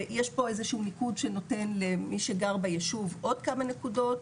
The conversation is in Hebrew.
יש פה איזה שהוא ניקוד שנותן למי שגר ביישוב עוד כמה נקודות,